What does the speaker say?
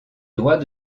droit